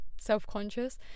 self-conscious